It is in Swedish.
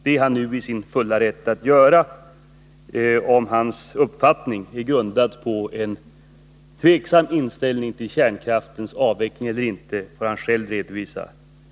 Det är han i sin fulla rätt att göra. Om hans uppfattning är grundad på en tveksam inställning till kärnkraftens avveckling eller inte får han själv redovisa.